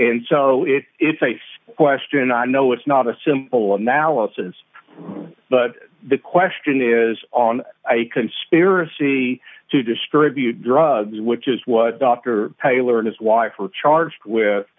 and so it is a question i know it's not a simple analysis but the question is on a conspiracy to distribute drugs which is what dr paler and his wife are charged with